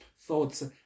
Thoughts